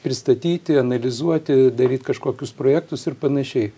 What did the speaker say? pristatyti analizuoti daryt kažkokius projektus ir panašiai